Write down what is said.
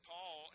Paul